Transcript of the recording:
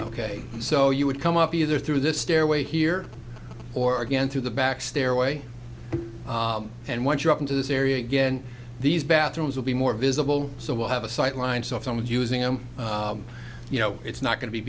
ok so you would come up either through this stairway here or again through the back stairway and once you're up into this area again these bathrooms will be more visible so we'll have a sight line so if someone using them you know it's not going to be